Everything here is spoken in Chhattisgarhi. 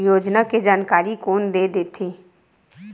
योजना के जानकारी कोन दे थे?